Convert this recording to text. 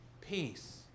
Peace